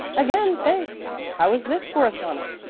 again thanks. how is this for a sonnet?